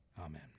Amen